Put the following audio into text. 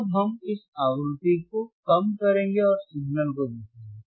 अब हम इस आवृत्ति को कम करेंगे और सिग्नल को देखेंगे